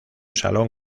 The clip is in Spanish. salón